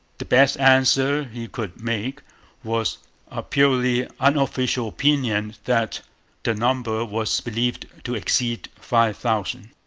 the best answer he could make was a purely unofficial opinion that the number was believed to exceed five thousand.